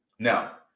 Now